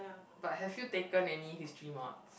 but have you taken any history mods